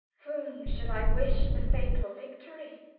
whom should i wish the fatal victory,